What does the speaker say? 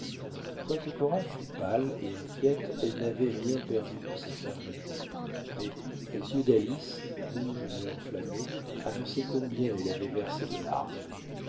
quoique cora fût pâle et inquiète elle n'avait rien perdu de sa fermeté mais les yeux d'alice rouges et enflammés annonçaient combien elle avait versé de larmes